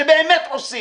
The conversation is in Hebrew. שבאמת עושים.